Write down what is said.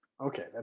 Okay